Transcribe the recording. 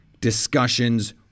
discussions